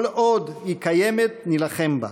כל עוד היא קיימת, נילחם בה,